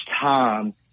time